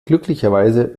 glücklicherweise